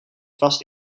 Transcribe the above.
vast